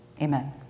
Amen